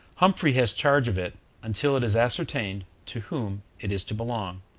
humphrey has charge of it until it is ascertained to whom it is to belong.